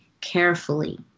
carefully